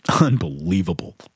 Unbelievable